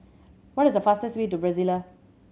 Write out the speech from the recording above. what is the fastest way to Brasilia